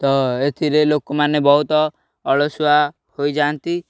ତ ଏଥିରେ ଲୋକମାନେ ବହୁତ ଅଳସୁଆ ହୋଇଯାଆନ୍ତି